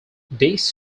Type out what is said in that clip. this